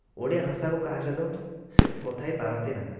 ଓଡ଼ିଆ ଭାଷାକୁ କାହା ସହିତ ସେ କଥା ହୋଇପାରନ୍ତି ନାହିଁ